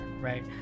right